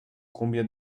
combien